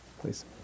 Please